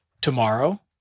tomorrow